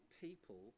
people